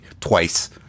twice